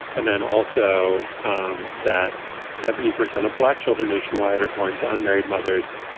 and then also um that seventy percent of black children nationwide are born to unmarried mothers,